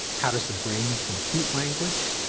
how does the brain compute language?